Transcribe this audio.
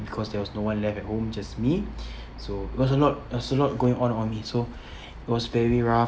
because there was no one left at home just me so because a lot there's a lot going on on me so it was very rough